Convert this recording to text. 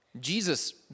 Jesus